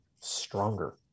stronger